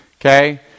Okay